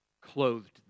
clothed